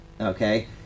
okay